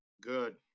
good